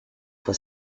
for